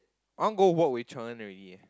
I want go work with Chen-En already eh